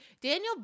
Daniel